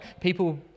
people